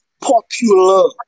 popular